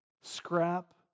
Scrap